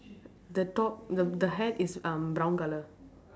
the top the the hat is um brown colour